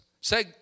Say